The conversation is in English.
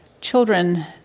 children